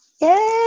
yay